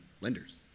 lenders